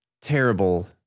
terrible